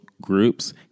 groups